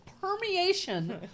permeation